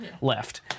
left